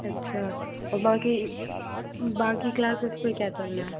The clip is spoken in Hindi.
अच्छा और बाक़ी बाक़ी क्लासेस में क्या चल रहा है